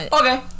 Okay